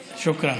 שוכרן.